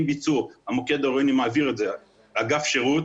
המוקד העירוני מעביר את זה לאגף שירות.